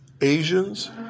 Asians